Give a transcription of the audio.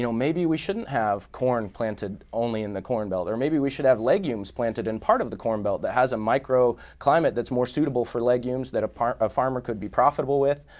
you know maybe we shouldn't have corn planted only in the corn belt, or maybe we should have legumes planted in part of the corn belt that has a microclimate that's more suitable for legumes that a farmer could be profitable with.